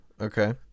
Okay